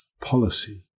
policy